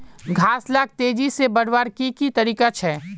घास लाक तेजी से बढ़वार की की तरीका छे?